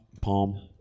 Palm